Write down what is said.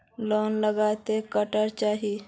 Loan कतला टाका करोही?